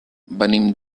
venim